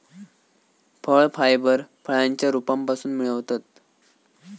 फळ फायबर फळांच्या रोपांपासून मिळवतत